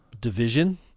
division